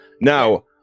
Now